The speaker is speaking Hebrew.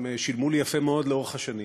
הם שילמו לי יפה מאוד לאורך השנים,